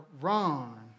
Ron